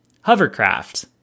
Hovercraft